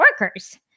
workers